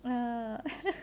and err